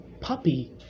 puppy